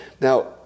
Now